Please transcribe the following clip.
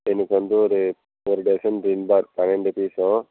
எனக்கு வந்து ஒரு ஒரு டசன் விம் பார் பன்னெண்டு பீஸும்